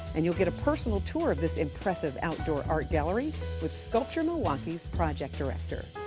and you'll get a personal tour of this impressive outdoor art gallery with sculpture milwaukee's project director.